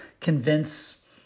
convince